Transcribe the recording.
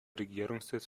regierungssitz